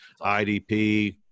idp